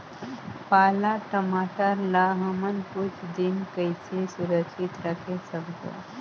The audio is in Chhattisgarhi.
पाला टमाटर ला हमन कुछ दिन कइसे सुरक्षित रखे सकबो?